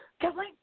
Kathleen